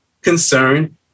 concern